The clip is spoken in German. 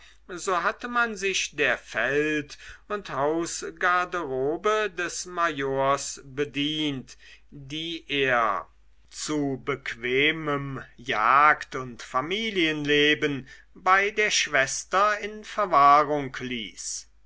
so hatte man sich der feld und hausgarderobe des majors bedient die er zu bequemem jagd und familienleben bei der schwester in verwahrung ließ